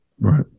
Right